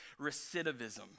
recidivism